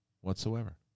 whatsoever